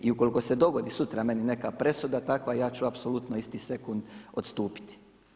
I ukoliko se dogodi sutra meni neka presuda takva ja ću apsolutno isti sekunda odstupiti.